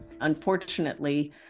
Unfortunately